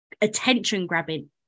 attention-grabbing